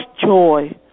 joy